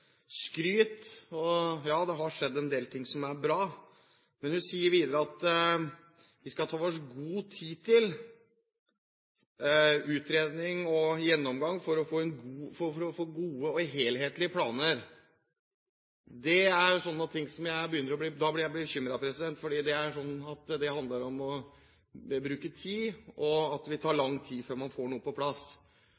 skryt. Ja, det har skjedd en del som er bra, men hun sier at vi skal ta oss god tid til utredning og gjennomgang for å få gode og helhetlige planer. Da begynner jeg å bli bekymret, for det handler om å bruke tid, og at